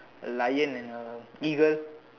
a lion and a eagle